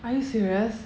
are you serious